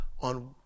on